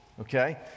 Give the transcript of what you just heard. Okay